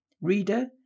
Reader